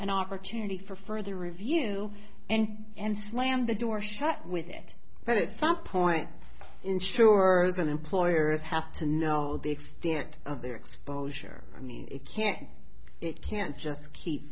an opportunity for further review and slammed the door shut with it but it's some point insurers and employers have to know the extent of their exposure i mean it can't it can't just keep